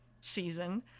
season